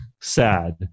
sad